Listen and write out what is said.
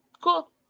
Cool